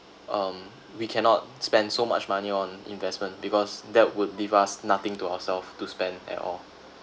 um we cannot spend so much money on investment because that would leave us nothing to ourself to spend at all